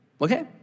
Okay